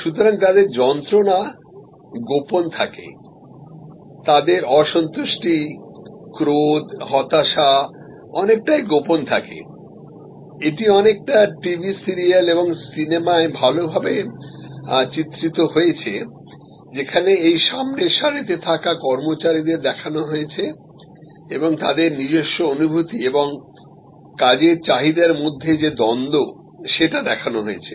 সুতরাং তাদের যন্ত্রণা গোপন থাকেতাদের অসন্তুষ্টি ক্রোধ হতাশা অনেকটাই গোপন থাকে এটি অনেকগুলি টিভি সিরিয়াল এবং সিনেমায় ভালভাবে চিত্রিত হয়েছে যেখানে এই সামনের সারিতে থাকা কর্মচারীদের দেখানো হয়েছে এবং তাদের নিজস্ব অনুভূতি এবং কাজের চাহিদার মধ্যে যে দ্বন্দ্ব সেটাদেখানো হয়েছে